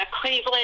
Cleveland